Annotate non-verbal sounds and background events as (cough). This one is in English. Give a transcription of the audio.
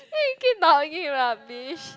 (noise) we keep talking rubbish